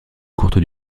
courte